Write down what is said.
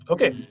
Okay